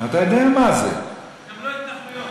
זה גם לא התנחלויות.